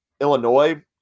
Illinois